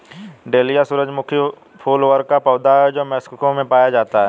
dahlia सूरजमुखी फूल वर्ग का पौधा है जो मेक्सिको में पाया जाता है